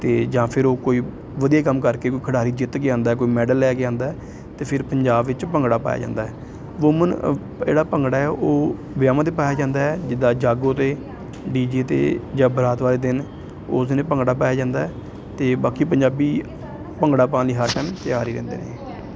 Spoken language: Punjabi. ਅਤੇ ਜਾਂ ਫਿਰ ਉਹ ਕੋਈ ਵਧੀਆ ਕੰਮ ਕਰਕੇ ਕੋਈ ਖਿਡਾਰੀ ਜਿੱਤ ਕੇ ਆਉਂਦਾ ਕੋਈ ਮੈਡਲ ਲੈ ਕੇ ਆਉਂਦਾ ਤਾਂ ਫਿਰ ਪੰਜਾਬ ਵਿੱਚ ਭੰਗੜਾ ਪਾਇਆ ਜਾਂਦਾ ਵੁਮੈਨ ਜਿਹੜਾ ਭੰਗੜਾ ਹੈ ਉਹ ਵਿਹਾਹਾਂ 'ਤੇ ਪਾਇਆ ਜਾਂਦਾ ਹੈ ਜਿੱਦਾਂ ਜਾਗੋ 'ਤੇ ਡੀ ਜੇ 'ਤੇ ਜਾਂ ਬਰਾਤ ਵਾਲੇ ਦਿਨ ਉਸ ਦਿਨ ਇਹ ਭੰਗੜਾ ਪਾਇਆ ਜਾਂਦਾ ਹੈ ਅਤੇ ਬਾਕੀ ਪੰਜਾਬੀ ਭੰਗੜਾ ਪਾਉਣ ਲਈ ਹਰ ਟਾਈਮ ਤਿਆਰ ਹੀ ਰਹਿੰਦੇ ਨੇ